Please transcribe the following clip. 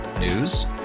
News